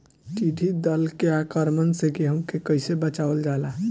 टिडी दल के आक्रमण से गेहूँ के कइसे बचावल जाला?